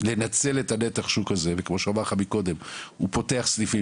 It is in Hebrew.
לנצל את נתח השוק הזה והוא פותח סניפים